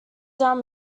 down